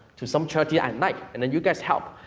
to some charity i like, and then you guys help.